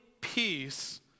peace